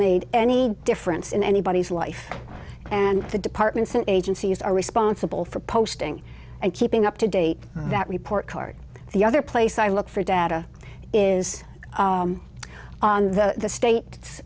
made any difference in anybody's life and the departments and agencies are responsible for posting and keeping up to date that report card the other place i look for data is on the state